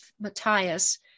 Matthias